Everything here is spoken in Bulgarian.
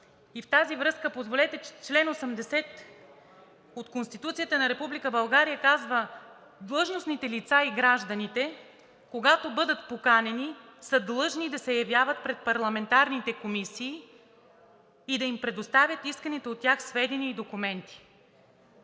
В тази връзка, позволете, чл. 80 от Конституцията на Република България казва, че длъжностните лица и гражданите, когато бъдат поканени, са длъжни да се явяват пред парламентарните комисии и да им предоставят исканите от тях сведения и документи.